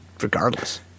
regardless